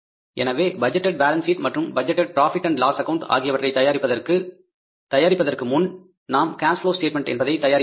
எனவே budgeted balance sheet மற்றும் budgeted profit and loss account ஆகியவற்றை தயாரிப்பதற்குமுன் நாம் கேஸ் ப்லொவ் ஸ்டேட்மென்ட் என்பதை தயாரிக்கவேண்டும்